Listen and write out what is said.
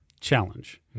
challenge